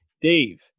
dave